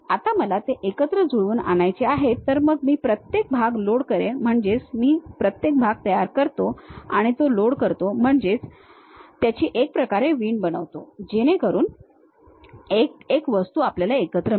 आता मला ते एकत्र जुळवून आणायचे आहे तर मग मी प्रत्येक भाग लोड करेन म्हणजेच मी प्रत्येक भाग तयार करतो आणि तो लोड करतो म्हणजेच त्याची एक प्रकारे वीण बनवतो जेणेकरून एक एक वस्तू आपल्या एकत्र मिळेल